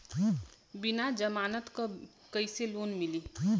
बिना जमानत क कइसे लोन मिली?